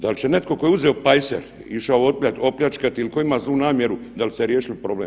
Da li će netko tko je uzeo pajser i išao opljačkati ili tko ima zlu namjeru, da li ste riješili problem?